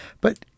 But-